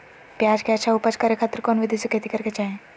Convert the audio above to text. प्याज के अच्छा उपज करे खातिर कौन विधि से खेती करे के चाही?